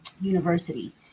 University